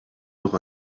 noch